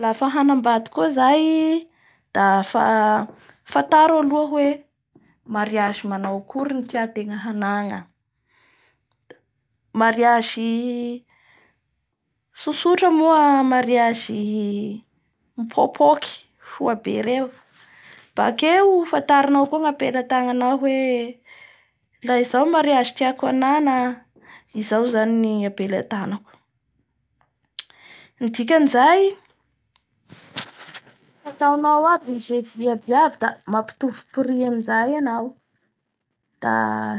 Lafa hanambady koa zay dafa fantaro aloha hoe mariage manao akory ny tiategna hanana mariage-y tsotsotra moa mariage mipopoky soa be reo, bakeo fantarainao koa ny ampelatananao hoe laha izao ny mariage tiako ahanana, izao zany ny ampelatananako, ny dikan'izay dafa ataonao abay ny devis abiabay dafa mampitovy prix amizay anao; da